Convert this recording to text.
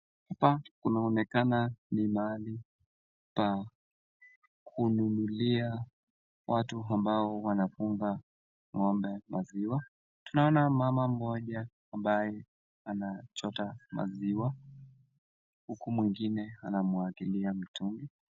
Hapa kunaonekana ni mahali pa kununulia watu ambao wanafuga ng'ombe ,maziwa. Tunaona mama mmoja ambaye anachota maziwa huku mwengine anamwagilia mitungi.